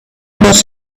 must